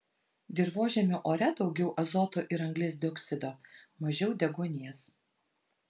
dirvožemio ore daugiau azoto ir anglies dioksido mažiau deguonies